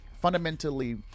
fundamentally